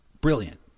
brilliant